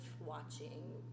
watching